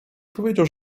powiedział